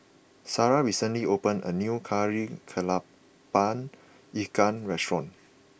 Sara recently opened a new Kari Kepala Ikan restaurant